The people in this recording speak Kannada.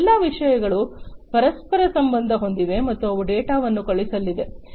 ಈ ಎಲ್ಲಾ ವಿಷಯಗಳು ಪರಸ್ಪರ ಸಂಬಂಧ ಹೊಂದಿವೆ ಮತ್ತು ಅವು ಡೇಟಾವನ್ನು ಕಳುಹಿಸಲಿವೆ